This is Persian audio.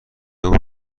اون